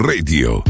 Radio